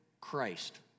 Christ